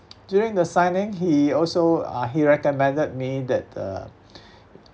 during the signing he also uh he recommended me that uh